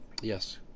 yes